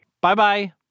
Bye-bye